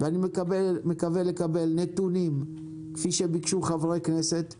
ואני מקווה לקבל נתונים כפי שביקשו חברי כנסת,